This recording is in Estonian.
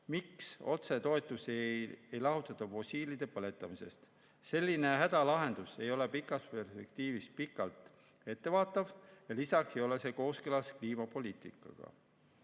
Miks otsetoetusi ei lahutata fossiilkütuste põletamisest? Selline hädalahendus ei ole pikas perspektiivis ettevaatav ja lisaks ei ole see kooskõlas kliimapoliitikaga.